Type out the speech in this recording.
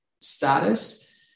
status